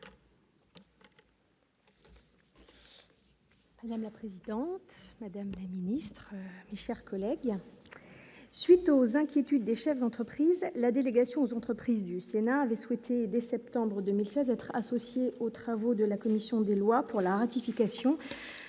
minutes. Présidente Madame Ministre, chers collègues, suite aux inquiétudes des chefs d'entreprise, la délégation aux entreprises du Sénat avait souhaité dès septembre 2016 être associés aux travaux de la commission des lois pour la ratification